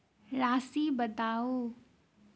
राशि बताउ